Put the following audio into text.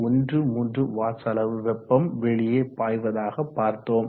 13 watts அளவு வெப்பம் வெளியே பாய்வதாக பார்த்தோம்